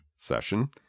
session